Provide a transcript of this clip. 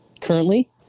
currently